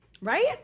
Right